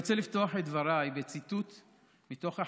ולכן קראנו למציע הבא.